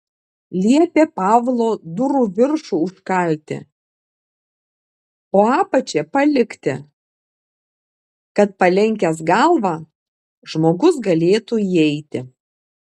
liepė pavlo durų viršų užkalti o apačią palikti kad palenkęs galvą žmogus galėtų įeiti